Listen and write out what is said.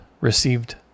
received